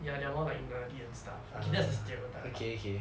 ya they are more like nerdy and stuff okay that's a stereotype lah